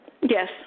Yes